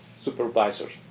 supervisor's